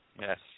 Yes